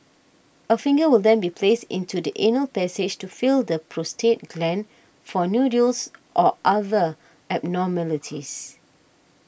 a finger will then be placed into the anal passage to feel the prostate gland for nodules or other abnormalities